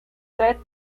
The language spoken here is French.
sept